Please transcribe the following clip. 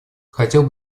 хотел